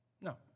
No